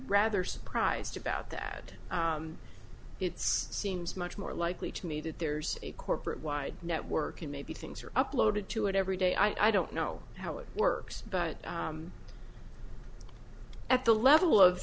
rather surprised about that it's seems much more likely to me that there's a corporate wide network and maybe things are uploaded to it every day i don't know how it works but at the level of